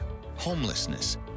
homelessness